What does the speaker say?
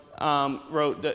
wrote